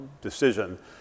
decision